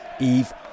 Eve